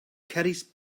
carries